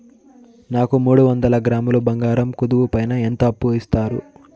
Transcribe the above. నాకు మూడు వందల గ్రాములు బంగారం కుదువు పైన ఎంత అప్పు ఇస్తారు?